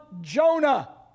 Jonah